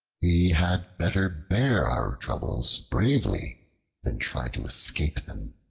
we had better bear our troubles bravely than try to escape them.